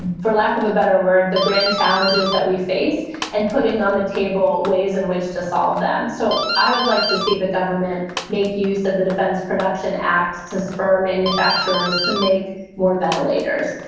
for lack of a better word, the grand challenges that we face and putting on the table ways in which to solve them. so i would like to see the government make use of the defense production act to spur manufacturers, to make more ventilators,